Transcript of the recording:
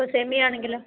അപ്പോൾ സെമിയാണെങ്കിലോ